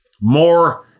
More